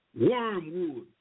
wormwood